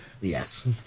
Yes